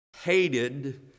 hated